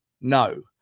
No